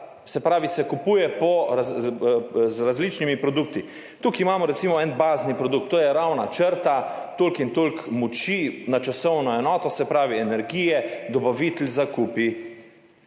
se pravi, kupuje se z različnimi produkti. Tukaj imamo recimo en bazni produkt, to je ravna črta, toliko in toliko moči na časovno enoto, se pravi energije, dobavitelj zakupi.